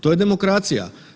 To je demokracija.